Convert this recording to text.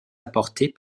apportés